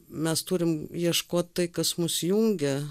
mes turim ieškot tai kas mus jungia